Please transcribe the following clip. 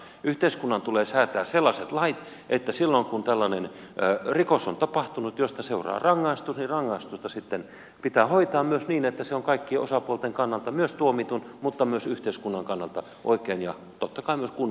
yhteiskunnan tulee säätää sellaiset lait että silloin kun on tapahtunut rikos josta seuraa rangaistus niin rangaistusta pitää hoitaa myös niin että se on kaikkien osapuolten kannalta myös tuomitun mutta myös yhteiskunnan kannalta oikein ja totta kai myös kunnialla hoidettu